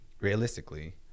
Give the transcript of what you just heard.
realistically